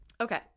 Okay